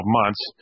months